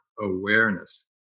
awareness